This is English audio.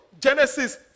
Genesis